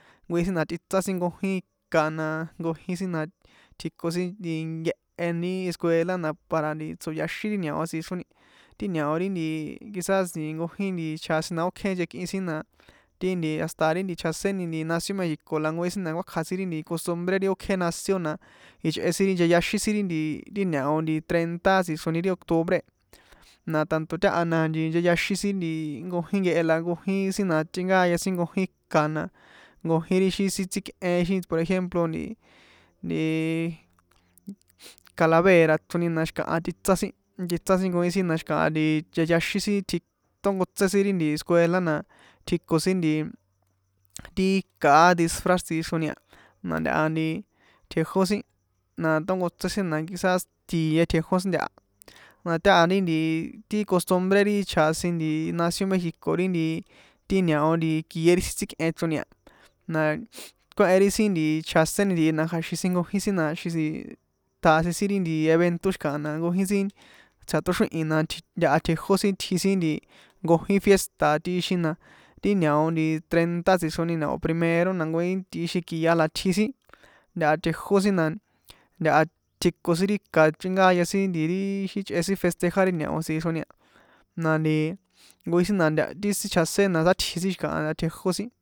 Nkojin na tꞌitsá sin nkojin kana nkojin sin na tji̱ko sin nkehe ri escuela na para nti tsoyaxín ri ñao tsixroni ti ñao ri nti quizás nkojin chjasin na ókje nchekꞌi sin na ti nti hasta ri chjaséni ntihi nación mexico na kuákja sin ri costumbre ri ókje nación na ichꞌe sin ri ncheyaxin sin ri nti ñao treinta ri octubre na tanto táha na ncheyaxin sin nti nkojin nkehe la nkojin na tꞌinkáya sin nkojin ika na nkojin ri ixi sin tsíkꞌen ixi por ejemplo nti nti ixi ri ntiii calavera chroni na xi̱kaha tꞌitsá sin nkojin sin na xi̱kaha ncheyaxin sin tónkotsé sin ri escuela na tjiko sin nti ti ikaaá ri dizfras tsixroni a na ntaha nti tjejó sin na tónkotse sin na quizás tie tjejó sin ntaha na táha ri nti ti costubre ri chjasin ntihi nación mexico ri nti ti ñao kie ri sin tsíkꞌen ichroni a na kuéhen ri sin nti chjaséni ntihi na kja̱xin sin nkojin sin na kja̱xin sin tjasin sin ri nti evento xi̱kaha na nkojin sin xa̱ tóxríhin na ntaha tjejó sin itji sin nkojin fiésta tꞌixin na ti ñao treinta na o̱ primero na nkojin tꞌixin kia la tji sin ntaha tjejó sin na ntaha tjiko sin ri ika chrinkaya sin ri nti ixi chꞌe sin festejar ri ñao tsixroni a na nti nkojin sin na ri sinchjaséni na sátji sin xi̱kaha tjejó sin.